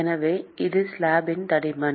எனவே அது ஸ்லாப்பின் தடிமன்